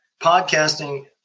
podcasting